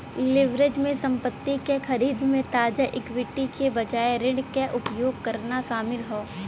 leverage में संपत्ति क खरीद में ताजा इक्विटी के बजाय ऋण क उपयोग करना शामिल हौ